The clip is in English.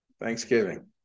Thanksgiving